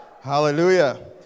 hallelujah